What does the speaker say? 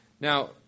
Now